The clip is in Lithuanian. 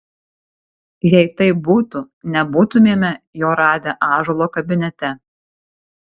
jei taip būtų nebūtumėme jo radę ąžuolo kabinete